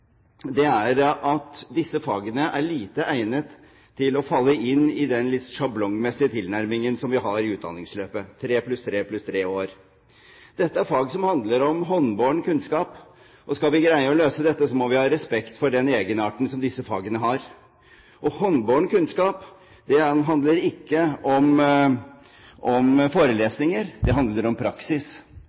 er at disse fagene er lite egnet til å falle inn i den litt sjablongmessige tilnærmingen som vi har i utdanningsløpet: tre pluss tre pluss tre år. Dette er fag som handler om håndbåren kunnskap. Skal vi greie å løse dette, må vi ha respekt for den egenarten disse fagene har. Håndbåren kunnskap handler ikke om forelesninger, det handler om praksis.